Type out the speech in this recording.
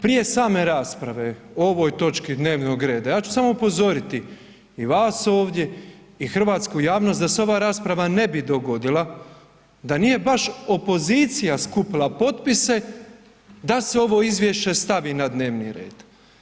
Prije same rasprave o ovoj točki dnevnog reda, ja ću samo upozoriti i vas ovdje i hrvatsku javnost da se ova rasprava ne bi dogodila da nije baš opozicija skupila potpise da se ovo izvješće stavi na dnevni red.